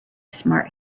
smart